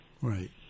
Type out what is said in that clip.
Right